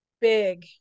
big